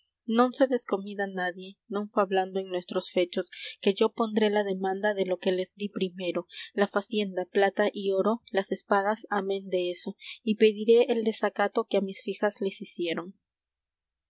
se descomida nadie non fablando en nuestros fechos que yo pondré la demanda de lo que les dí primero la facienda plata y oro las espadas amen deso y pediré el desacato que á mis fijas les ficieron